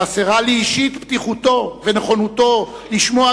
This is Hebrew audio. חסרות לי אישית פתיחותו ונכונותו לשמוע